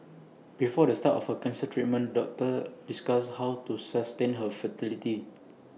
before the start of her cancer treatment doctors discussed how to sustain her fertility